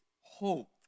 hope